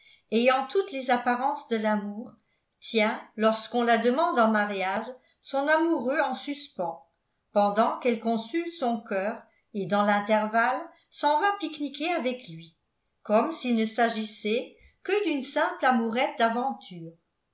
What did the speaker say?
ayant toutes les apparences de l'amour tient lorsqu'on la demande en mariage son amoureux en suspens pendant qu'elle consulte son cœur et dans l'intervalle s'en va pique niquer avec lui comme s'il ne s'agissait que d'une simple amourette d'aventure